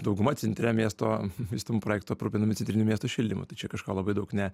dauguma centre miesto vystomų projektų aprūpinami centriniu miesto šildymu tai čia kažko labai daug net